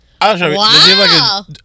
Wow